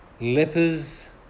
lepers